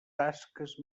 tasques